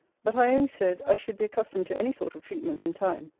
but i only said, i should be accustomed to any sort of treatment in time.